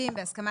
אני אומרת לכם,